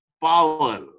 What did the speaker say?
power